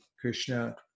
krishna